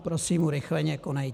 Prosím, urychleně konejte!